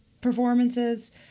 performances